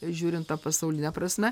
žiūrint ta pasauline prasme